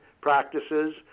practices